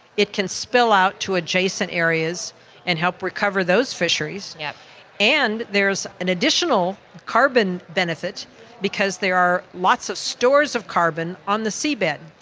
it can spill out to adjacent areas and help recover those fisheries. yeah and there is an additional carbon benefit because there are lots of stores of carbon on the seabed,